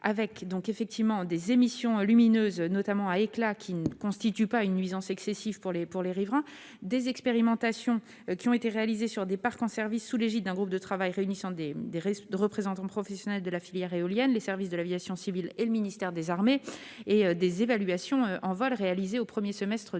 des émissions lumineuses notamment à éclats qui ne constitue pas une nuisance excessif pour les, pour les riverains des expérimentations qui ont été réalisés sur des parcs en service sous l'égide d'un groupe de travail réunissant des risques de représentants professionnels de la filière éolienne, les services de l'aviation civile et le ministère des Armées et des évaluations en vol réalisé au 1er semestre 2021